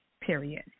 period